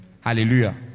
hallelujah